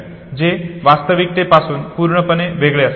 जे वास्तविकतेपासून पूर्णपणे वेगळे असते